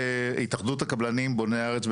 התאחדות הקבלנים בוני הארץ,